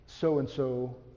so-and-so